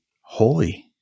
holy